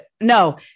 No